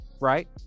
right